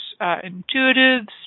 intuitives